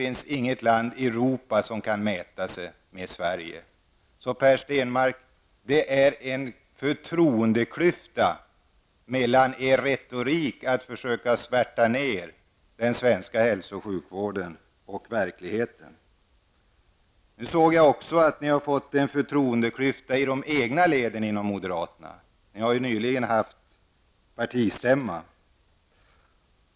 Men inget land i Europa kan mäta sig med Per Stenmarck, det finns en förtroendeklyfta mellan er retorik å ena sidan när det gäller att försöka svärta ned den svenska hälso och sjukvården och verkligheten å andra sidan. Jag har sett att det nu också finns en förtroendeklyfta i de egna moderata leden. Ni har ju nyligen haft partistämma.